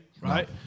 Right